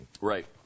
Right